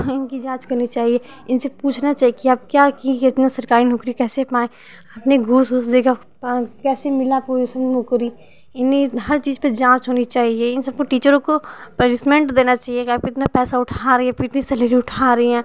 इनकी जाँच करनी चाहिए इनसे पूछना चाहिए कि आप क्या किए कि इतना सरकारी नौकरी कैसे पाएँ कितने घुस उस देकर पाएँ कैसे मिला आपको ये सन नौकरी इन्हें हर चीज़ पर जाँच होनी चाहिए इन सबको टीचरों को पनिसमेंट देना चाहिए कि आप इतना पैसा उठा रहे हैं इतने सैलेरी उठा रही हैं